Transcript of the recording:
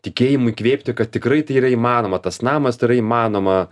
tikėjimu įkvėpti kad tikrai tai yra įmanoma tas namas tai yra įmanoma